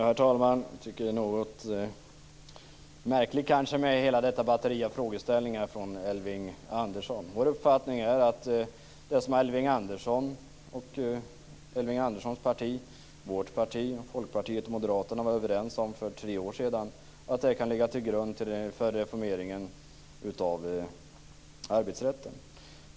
Herr talman! Jag tycker att det är något märkligt med hela detta batteri av frågeställningar från Elving Kristdemokraternas uppfattning är att det som Elving Andersson och hans parti, vårt parti, Folkpartiet och Moderaterna var överens om för tre år sedan kan ligga till grund för reformeringen av arbetsrätten.